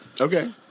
okay